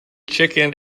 chicken